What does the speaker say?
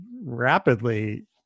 rapidly